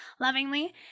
lovingly